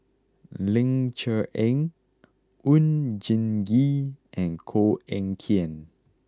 Ling Cher Eng Oon Jin Gee and Koh Eng Kian